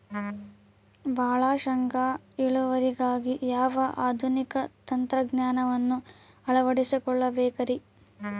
ಭಾಳ ಶೇಂಗಾ ಇಳುವರಿಗಾಗಿ ಯಾವ ಆಧುನಿಕ ತಂತ್ರಜ್ಞಾನವನ್ನ ಅಳವಡಿಸಿಕೊಳ್ಳಬೇಕರೇ?